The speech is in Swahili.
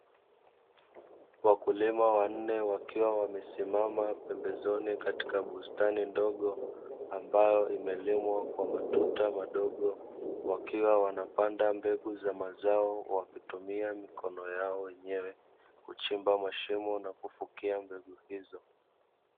Wakulima wanne wakiwa wamesimama pembezoni katika bustani ndogo ambayo imelimwa kwa matuta madogo, wakiwa wanapanda mbegu za mazao wakitumia mikono yao wenyewe kuchimba mashimo na kufukia mbegu hizo.